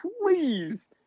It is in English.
Please